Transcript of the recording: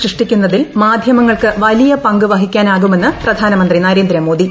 സൃഷ്ടിക്കുന്നതിൽ മാധ്യമങ്ങൾക്ക് വലിയ പങ്ക് വഹിക്കാനാകുമെന്ന് പ്രധാനമന്ത്രി നരേന്ദ്രമോദി